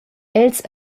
els